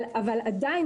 אבל עדיין